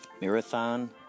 Marathon